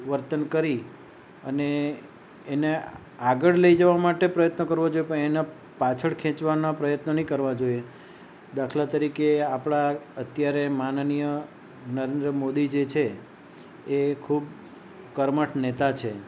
વર્તન કરી અને એને આગળ લઈ જવા માટે પ્રયત્ન કરવો જોએ પણ એના પાછળ ખેંચવાના પ્રયત્ન ન કરવા જોઈએ દાખલા તરીકે આપણા અત્યારે માનનીય નરેન્દ્ર મોદી જે છે એ ખૂબ કર્મઠ નેતા છે